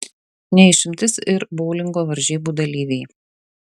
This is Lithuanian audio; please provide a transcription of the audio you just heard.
ne išimtis ir boulingo varžybų dalyviai